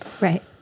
Right